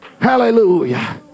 Hallelujah